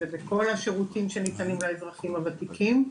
זה בכל השירותים שניתנים לאזרחים הוותיקים.